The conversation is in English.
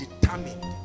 determined